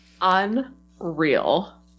Unreal